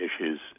issues